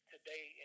today